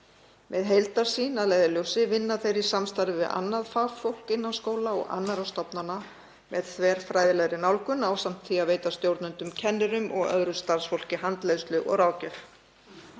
Með heildarsýn að leiðarljósi vinna þeir í samstarfi við annað fagfólk innan skóla og annarra stofnana með þverfræðilegri nálgun ásamt því að veita stjórnendum, kennurum og öðru starfsfólki handleiðslu og ráðgjöf.